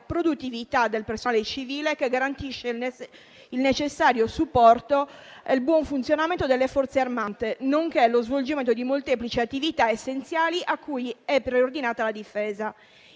produttività del personale civile che garantisce il necessario supporto al buon funzionamento delle Forze armate, nonché lo svolgimento di molteplici attività essenziali a cui è preordinata la difesa.